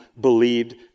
believed